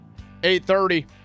8.30